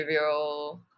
behavioral